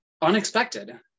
unexpected